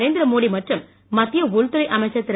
நரேந்திர மோடி மற்றும் மத்திய உள்துறை அமைச்சர் திரு